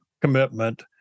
commitment